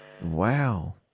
Wow